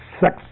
sex